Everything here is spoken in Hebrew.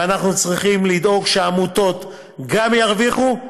ואנחנו צריכים לדאוג שהעמותות גם ירוויחו,